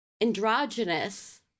androgynous